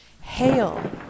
hail